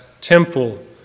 temple